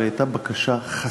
אבל היא הייתה בקשה חסרה.